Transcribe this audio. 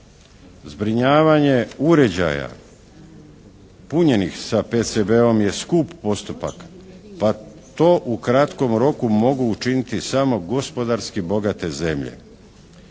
Zbrinjavanje uređaja punjenih sa PCB-om je skup postupak pa to u kratkom roku mogu učiniti samo gospodarski bogate zemlje.